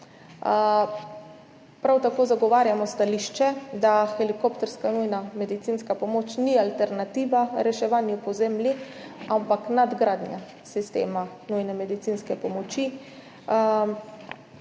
Prav tako zagovarjamo stališče, da helikopterska nujna medicinska pomoč ni alternativa reševanju po zemlji, ampak nadgradnja sistema nujne medicinske pomoči.